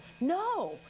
No